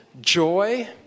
joy